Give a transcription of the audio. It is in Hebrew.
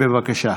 בבקשה.